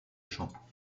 chant